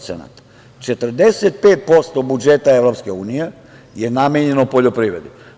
Dakle, 45% budžeta EU je namenjeno poljoprivredi.